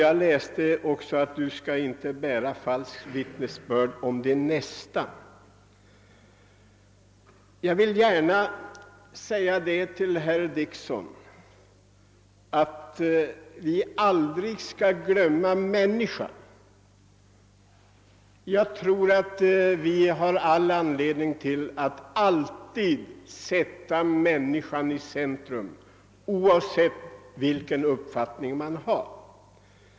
Jag läste också: »Du skall icke bära falskt vittnesbörd mot Din nästa.» Jag vill gärna säga till herr Dickson att vi aldrig skall glömma människan. Jag tror att vi alltid måste sätta människan i centrum, oavsett vilken uppfattning vi har.